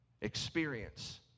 experience